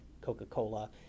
Coca-Cola